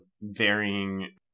varying